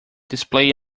display